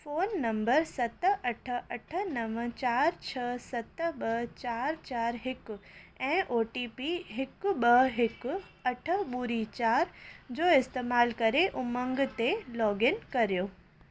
phone number सत अठ अठ नव चारि छ्ह सत ॿ चारि चारि हिकु ऐं ओ टी पी हिकु ॿ हिकु अठ ॿुड़ी चारि जो इस्तेमालु करे उमंग ते लॉगइन करियो